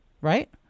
Right